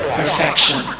perfection